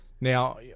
Now